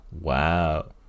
Wow